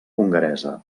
hongaresa